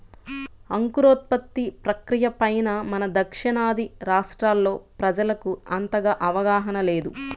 అంకురోత్పత్తి ప్రక్రియ పైన మన దక్షిణాది రాష్ట్రాల్లో ప్రజలకు అంతగా అవగాహన లేదు